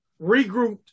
regrouped